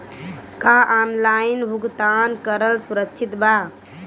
का ऑनलाइन भुगतान करल सुरक्षित बा?